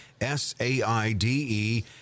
S-A-I-D-E